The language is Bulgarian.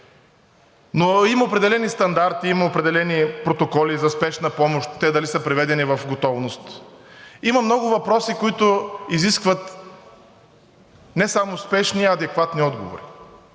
но има определени стандарти, има определени протоколи за спешна помощ. Те дали са преведени в готовност? Има много въпроси, които изискват не само спешни, а адекватни отговори.